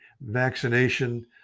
vaccination